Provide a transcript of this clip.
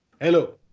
Hello